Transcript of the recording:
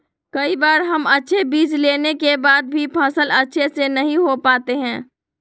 कई बार हम अच्छे बीज लेने के बाद भी फसल अच्छे से नहीं हो पाते हैं?